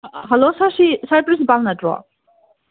hello sir ꯁꯤ sir principal ꯅꯠꯇ꯭ꯔꯣ